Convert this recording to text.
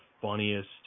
funniest